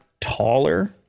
taller